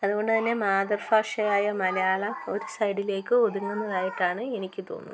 അതുകൊണ്ടു തന്നെ മാതൃ ഭാഷയായ മലയാളം ഒരു സൈഡിലേക്ക് ഒതുങ്ങുന്നതായിട്ടാണ് എനിക്ക് തോന്നുന്നത്